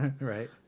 right